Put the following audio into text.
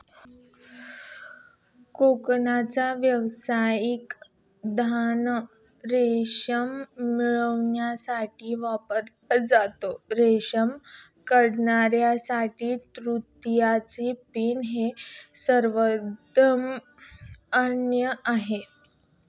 कोकूनचा व्यावसायिक धागा रेशीम मिळविण्यासाठी वापरला जातो, रेशीम किड्यासाठी तुतीची पाने हे सर्वोत्तम अन्न आहे